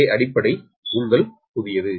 ஏ அடிப்படை உங்கள் புதியது